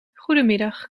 goedemiddag